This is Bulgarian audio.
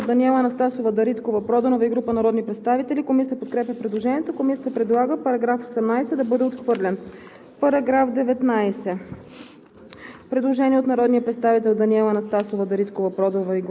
Благодаря, госпожо Председател. Предложение на народния представител Даниела Анастасова Дариткова-Проданова и група народни представители. Комисията подкрепя предложението. Комисията предлага § 18 да бъде отхвърлен. Предложение